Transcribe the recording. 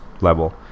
level